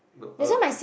no er